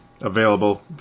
available